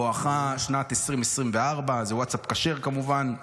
בואכה שנת 2024. זה ווטסאפ כשר, כמובן.